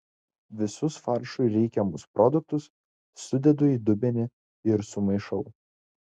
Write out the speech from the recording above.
visus faršui reikiamus produktus sudedu į dubenį ir sumaišau